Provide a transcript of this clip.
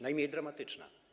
Najmniej dramatyczna.